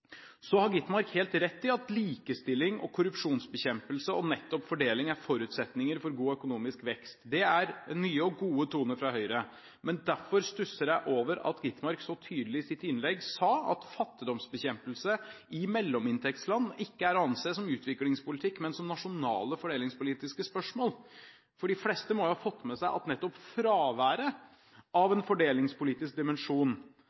Så har Skovholt Gitmark helt rett i at likestilling, korrupsjonsbekjempelse og nettopp fordeling er forutsetninger for god økonomisk vekst. Det er nye og gode toner fra Høyre. Men derfor stusser jeg over at Skovholt Gitmark så tydelig i sitt innlegg sa at fattigdomsbekjempelse i mellominntektsland ikke er å anse som utviklingspolitikk, men som nasjonale fordelingspolitiske spørsmål. De fleste må jo ha fått med seg at fraværet av en fordelingspolitisk dimensjon